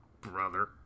brother